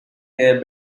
their